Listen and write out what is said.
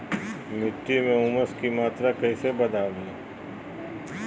मिट्टी में ऊमस की मात्रा कैसे बदाबे?